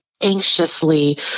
anxiously